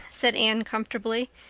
said anne comfortably.